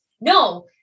no